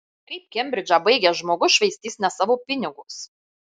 kaip kembridžą baigęs žmogus švaistys ne savo pinigus